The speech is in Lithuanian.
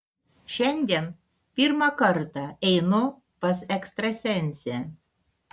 šiandien pirmą kartą einu pas ekstrasensę